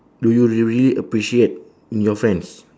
do you you really appreciate in your friends